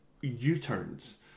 u-turns